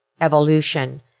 evolution